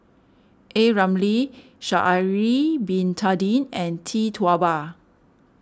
a Ramli Sha'ari Bin Tadin and Tee Tua Ba